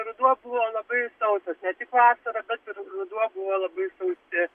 ruduo buvo labai sausas ne tik vasara bet ir ruduo buvo labai sausi